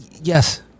Yes